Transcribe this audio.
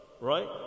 Right